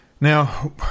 Now